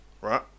right